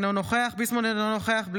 אינו נוכח משה ארבל,